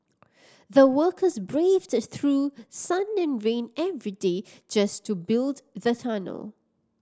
the workers braved through sun and rain every day just to build the tunnel